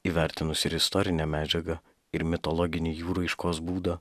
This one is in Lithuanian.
įvertinus ir istorinę medžiagą ir mitologinį jų raiškos būdą